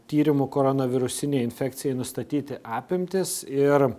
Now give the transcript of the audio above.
tyrimų koronavirusinei infekcijai nustatyti apimtis ir